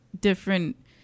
different